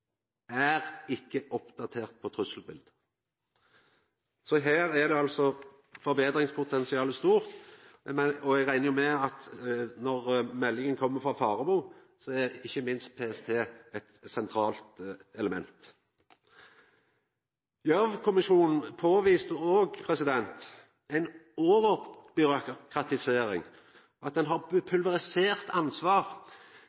er, ikkje minst, ikkje oppdatert på trusselbildet. Her er altså forbetringspotensialet stort, og eg reknar med at når meldinga kjem frå Faremo, er ikkje minst PST eit sentralt element. Gjørv-kommisjonen påviste òg ei overbyråkratisering, at ein har